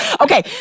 Okay